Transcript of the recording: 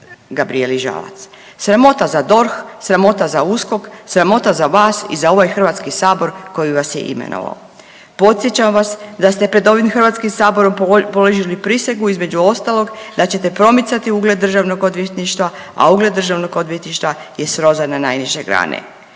Gabrijeli Žalac. Sramota za DORH, sramota za USKOK, sramota za vas i za ovaj HS koji vas je imenovao. Podsjećam vas da ste pred ovim HS položili prisegu između ostalog da ćete promicati ugled državnog odvjetništva, a ugled državnog odvjetništva je srozan na najniže grane.